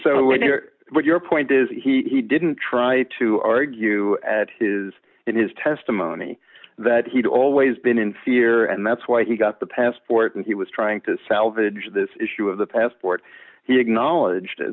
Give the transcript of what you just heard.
on what your point is he didn't try to argue at his in his testimony that he'd always been in fear and that's why he got the passport and he was trying to salvage this issue of the passport he acknowledged